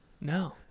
No